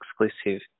exclusive